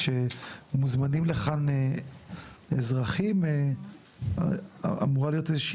כשמוזמנים לכאן אזרחים אמורה להיות איזושהי